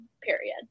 period